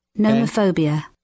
Nomophobia